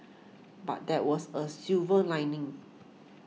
but there was a silver lining